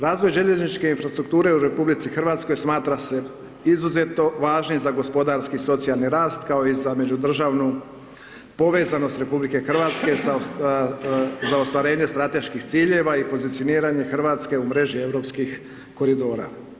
Razvoj željezničke infrastrukture u RH smatra se izuzetno važnim za gospodarski socijalni rast kao i za međudržavnu povezanost RH za ostvarenje strateških ciljeva i pozicioniranje Hrvatske u mreži europskih koridora.